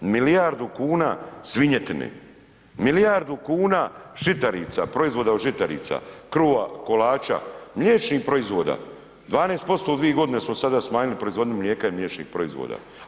Milijardu kuna svinjetine, milijardu kuna žitarica, proizvoda od žitarica, kruha, kolača, mliječnih proizvoda, 12% u dvije godine smo sada smanjili proizvodnju mlijeka i mliječnih proizvoda.